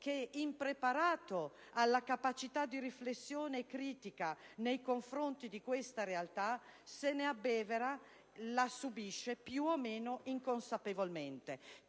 che, impreparato alla capacità di riflessione critica nei confronti di questa realtà, se ne abbevera e la subisce più o meno inconsapevolmente.